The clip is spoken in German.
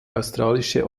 australische